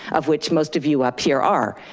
of which most of you up here are.